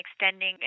extending